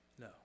No